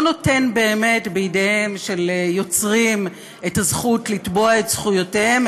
לא נותן באמת בידיהם של יוצרים את הזכות לתבוע את זכויותיהם,